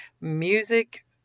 music